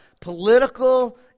political